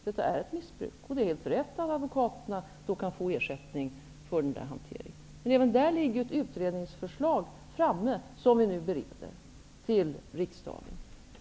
Det är ett missbruk, och det är helt rätt att advokaterna då kan få ersättning för den hanteringen. Även på det området bereder vi nu ett utredningsförslag som är avsett att läggas fram för riksdagen.